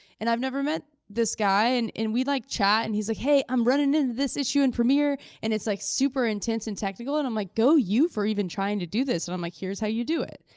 and i've never met this guy, and and we like, chat, and he's like, hey, i'm running into this issue in premiere, and it's super intense and technical, and i'm like, go you for even trying to do this. and i'm like, here's how you do it,